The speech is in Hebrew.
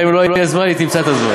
גם אם לא יהיה זמן, היא תמצא את הזמן.